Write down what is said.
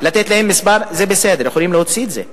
יכולים לתת מספר, זה בסדר, יכולים להוציא את זה.